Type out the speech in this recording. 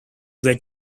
red